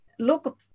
Look